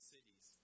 Cities